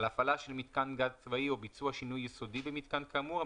על הפעלה של מיתקן גז צבאי או ביצוע שינוי יסודי במיתקן כאמור,